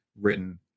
written